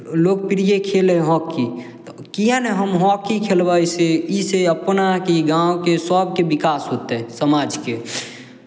लोकप्रिय खेल हइ हॉकी तऽ किएक नहि हम हॉकी खेलबै से ईसँ अपना कि गाँवके सभके विकास होतै समाजके